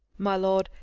my lord,